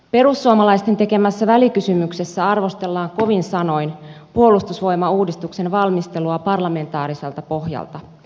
perussuomalaisten tekemässä välikysymyksessä arvostellaan kovin sanoin puolustusvoimauudistuksen valmistelua parlamentaariselta pohjalta